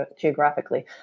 geographically